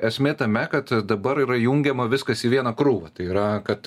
esmė tame kad dabar yra jungiama viskas į vieną krūvą tai yra kad